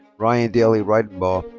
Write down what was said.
ryan daley ridenbaugh.